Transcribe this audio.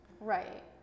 Right